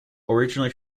originally